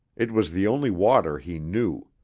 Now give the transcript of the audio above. it was the only water he knew.